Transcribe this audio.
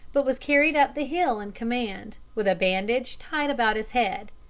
but was carried up the hill in command, with a bandage tied about his head.